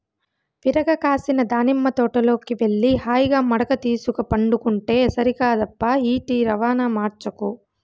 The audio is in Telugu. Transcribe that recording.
విరగ కాసిన దానిమ్మ తోటలోకి వెళ్లి హాయిగా మడక తీసుక పండుకుంటే సరికాదప్పా ఈటి రవాణా మార్చకు